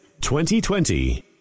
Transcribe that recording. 2020